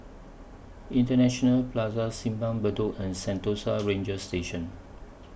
International Plaza Simpang Bedok and Sentosa Ranger Station